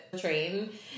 train